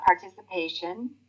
participation